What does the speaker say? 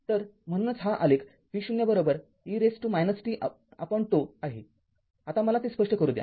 तर म्हणूनच हा आलेख v0 e tζ आहेआता मला ते स्पष्ट करू द्या